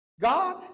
God